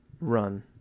Run